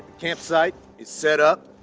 campsite is set up